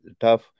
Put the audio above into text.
tough